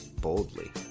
boldly